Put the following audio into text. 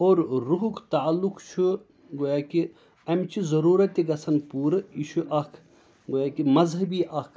اور رُحُک تعلُق چھُ گویا کہِ اَمہِ چہِ ضٔروٗرت تہِ گژھن پوٗرٕ یہِ چھُ اَکھ گویا کہِ مزہبی اَکھ